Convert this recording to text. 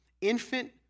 Infant